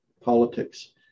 politics